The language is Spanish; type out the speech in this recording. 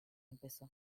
empezó